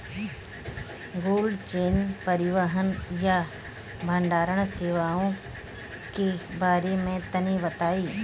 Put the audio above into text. Cold chain परिवहन या भंडारण सेवाओं के बारे में तनी बताई?